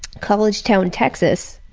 collegetown, texas